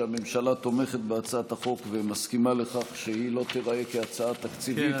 שהממשלה תומכת בהצעת החוק ומסכימה לכך שהיא לא תיראה כהצעה תקציבית,